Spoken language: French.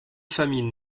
familles